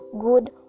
good